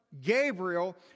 Gabriel